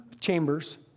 chambers